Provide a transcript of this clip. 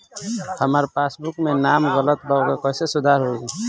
हमार पासबुक मे नाम गलत बा ओके कैसे सुधार होई?